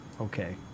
Okay